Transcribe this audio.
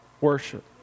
worship